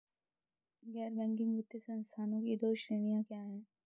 गैर बैंकिंग वित्तीय संस्थानों की दो श्रेणियाँ क्या हैं?